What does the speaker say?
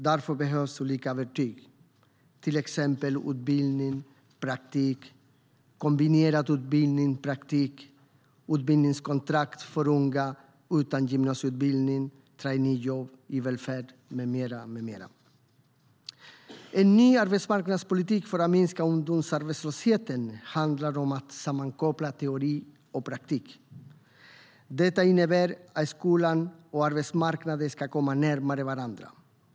Därför behövs det olika verktyg, till exempel utbildning, praktik, kombinerad utbildning och praktik, utbildningskontrakt för unga utan gymnasieutbildning, traineejobb i välfärd med mera. En ny arbetsmarknadspolitik för att minska ungdomsarbetslösheten handlar om att sammankoppla teori och praktik. Detta innebär att skolan och arbetsmarknaden ska komma närmare varandra.